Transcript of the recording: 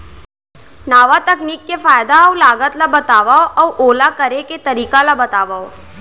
नवा तकनीक के फायदा अऊ लागत ला बतावव अऊ ओला करे के तरीका ला बतावव?